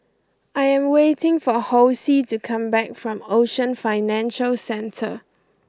I am waiting for Hosea to come back from Ocean Financial Centre